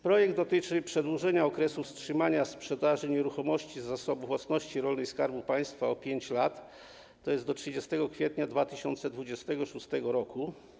Projekt dotyczy przedłużenia okresu wstrzymania sprzedaży nieruchomości Zasobu Własności Rolnej Skarbu Państwa o 5 lat, to jest do 30 kwietnia 2026 r.